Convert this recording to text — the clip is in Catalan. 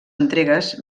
entregues